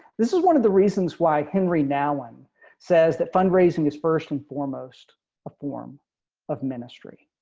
this is one of the reasons why henry now one says that fundraising is first and foremost a form of ministry.